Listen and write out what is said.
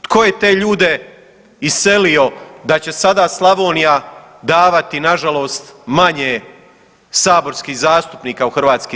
Tko je te ljude iselio da će sada Slavonija davati nažalost manje saborskih zastupnika u HS-u?